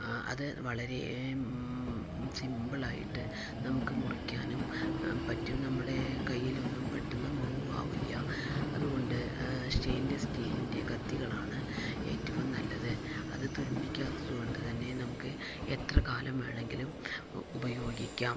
അത് വളരെ സിംപിളായിട്ട് നമുക്ക് മുറിക്കാനും പറ്റും നമ്മുടെ കയ്യിലൊന്നും പെട്ടന്ന് മുറിവും ആവില്ല അതുകൊണ്ട് സ്റ്റെയിൻലെസ്സ് സ്റ്റീലിൻ്റെ കത്തികളാണ് ഏറ്റവും നല്ലത് അത് തുരുമ്പിക്കാത്തത് കൊണ്ട് തന്നെ നമുക്ക് എത്ര കാലം വേണമെങ്കിലും ഉപയോഗിക്കാം